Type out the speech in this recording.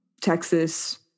Texas